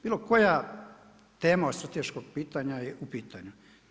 Bilo koja tema od strateškog pitanja je u pitanju.